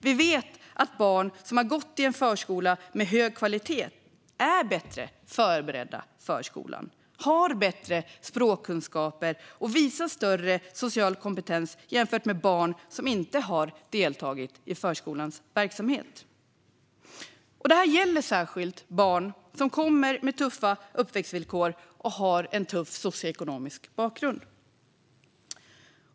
Vi vet att barn som har gått i en förskola med hög kvalitet är bättre förberedda för skolan, har bättre språkkunskaper och visar större social kompetens jämfört med barn som inte har deltagit i förskolans verksamhet. Detta gäller särskilt barn som kommer från tuffa uppväxtvillkor och en tuff socioekonomisk bakgrund.